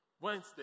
Wednesday